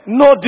no